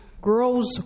grows